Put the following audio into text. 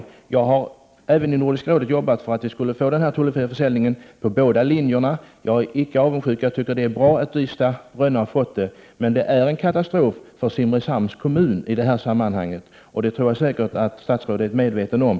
Jag har även i Nordiska rådet arbetat för att vi skall få en tullfri försäljning på båda linjerna. Jag är icke avundsjuk, utan jag tycker det är bra att Ystad-Rönne har fått det. Det är emellertid en katastrof för Simrishamns kommun i det här sammanhanget. Det tror jag att statsrådet säkert är medveten om.